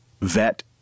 vet